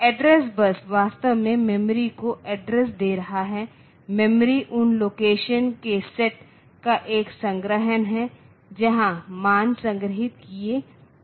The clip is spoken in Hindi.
एड्रेस बस वास्तव में मेमोरी को एड्रेस दे रहा है मेमोरी उन लोकेशन के सेट का एक संग्रह है जहां मान संग्रहीत किए जाते हैं